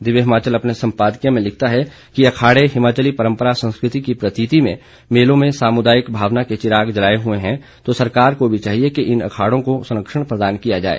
दिव्य हिमाचल अपने सम्पादकीय में लिखता है कि अखाड़े हिमाचली परम्परा संस्कृति की प्रतीति में मेलों में सामुदायिक भावना के चिराग जलाए हुए हैं तो सरकार को भी चाहिये कि इन अखाड़ों को संरक्षण प्रदान किया जाए